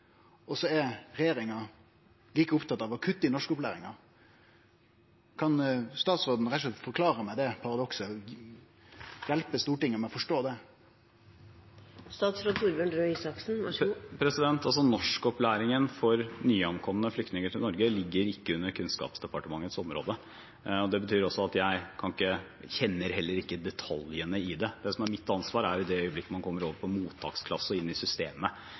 og så er regjeringa like opptatt av å kutte i norskopplæringa? Kan statsråden rett og slett forklare meg det paradokset – hjelpe Stortinget med å forstå det? Norskopplæringen for nyankomne flyktninger til Norge ligger ikke under Kunnskapsdepartementets område. Det betyr at jeg heller ikke kjenner detaljene i det. Mitt ansvar begynner i det øyeblikket man kommer over i mottaksklasser og inn i systemet